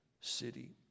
city